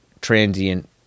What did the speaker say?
transient